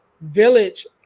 village